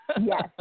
yes